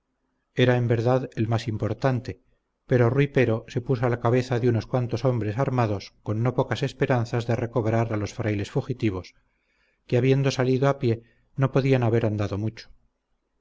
era en verdad el más importante pero rui pero se puso a la cabeza de unos cuantos hombres armados con no pocas esperanzas de recobrar a los frailes fugitivos que habiendo salido a pie no podían haber andado mucho